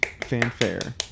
Fanfare